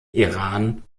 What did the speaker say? iran